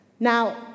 Now